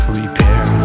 repair